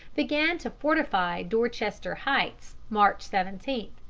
began to fortify dorchester heights, march seventeen,